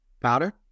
Powder